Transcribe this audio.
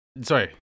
Sorry